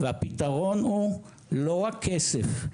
והפתרון הוא לא רק כסף,